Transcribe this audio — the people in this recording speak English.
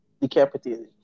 decapitated